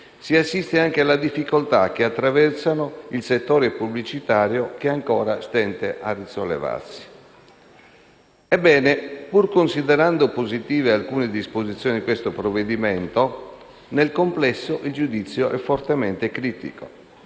si assiste anche alle difficoltà che attraversano il settore pubblicitario, che ancora stenta a risollevarsi. Ebbene, pur considerando positive alcune disposizioni di questo provvedimento, nel complesso il giudizio è fortemente critico,